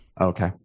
okay